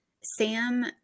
Sam